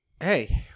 hey